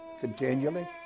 continually